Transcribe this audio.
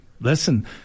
listen